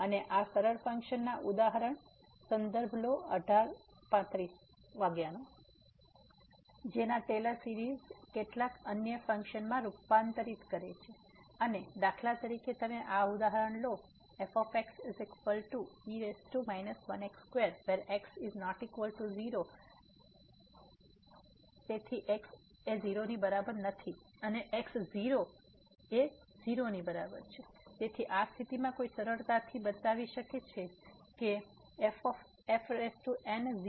અને આ સરળ ફંક્શનના ઉદાહરણ સંદર્ભ લો 1835 છે જેના ટેલર સીરીઝ કેટલાક અન્ય ફંક્શનમાં રૂપાંતરિત કરે છે અને દાખલા તરીકે તમે આ ઉદાહરણ લો fxe 1x2x≠0 0x0 તેથી x 0 ની બરાબર નથી અને x 0 ની બરાબર છે તેથી આ સ્થિતિમાં કોઈ સરળતાથી બતાવી શકે છે કે સમય સંદર્ભ 1901 fn